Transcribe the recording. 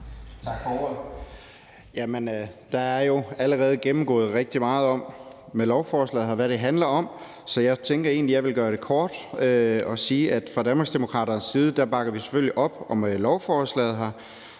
Tak for ordet.